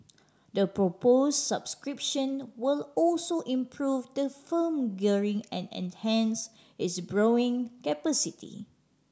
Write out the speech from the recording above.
the propose subscription will also improve the firm gearing and enhance its borrowing capacity